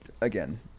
again